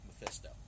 Mephisto